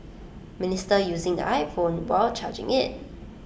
minister using the iPhone while charging IT